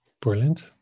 Brilliant